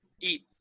eat